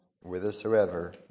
whithersoever